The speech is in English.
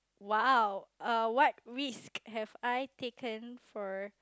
!wow! err what risk have I taken for